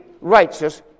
righteous